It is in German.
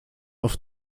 auf